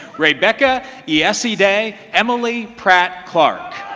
rebecca yesiday emily pratt clark